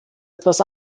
etwas